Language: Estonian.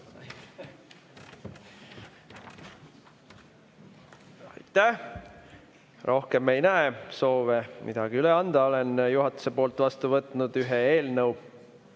Aitäh! Rohkem ei näe ma soove midagi üle anda. Olen juhatuse poolt vastu võtnud ühe eelnõu.